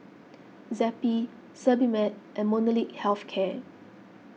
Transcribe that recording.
Zappy Sebamed and Molnylcke Health Care